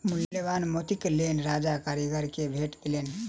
मूल्यवान मोतीक लेल राजा कारीगर के भेट देलैन